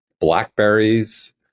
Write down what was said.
blackberries